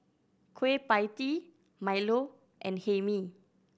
Kueh Pie Tee milo and Hae Mee